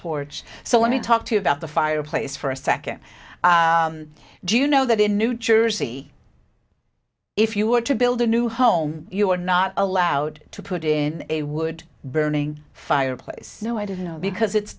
porch so let me talk to you about the fireplace for a second do you know that in new jersey if you were to build a new home you are not allowed to put in a wood burning fireplace no i don't know because it's